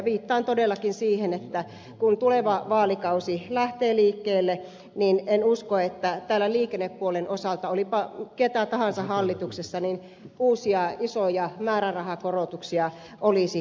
viittaan todellakin siihen että kun tuleva vaalikausi lähtee liikkeelle niin en usko että täällä liikennepuolen osalta olipa ketä tahansa hallituksessa uusia isoja määrärahakorotuksia olisi